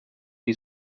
die